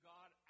God